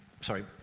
Sorry